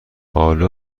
آلو